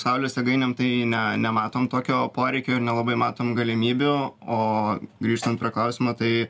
saulės jėgainėm tai ne nematom tokio poreikio ir nelabai matom galimybių o grįžtant prie klausimo tai